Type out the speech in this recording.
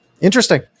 Interesting